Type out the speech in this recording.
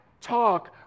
talk